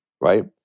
right